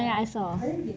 ya I saw